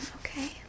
okay